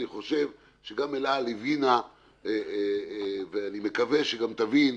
אני חושב שגם אל על הבינה ואני מקווה שגם תבין,